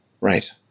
Right